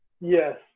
Yes